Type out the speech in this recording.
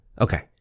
Okay